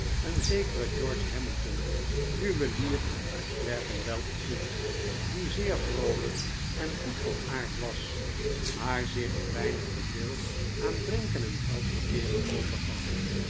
een zekeren george hamilton juwelier uit clerkenwell ontmoet die zeer vroolijk en goed van aard was maar zich een weinig te veel aan drinken en geldverteeren overgaf